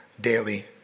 daily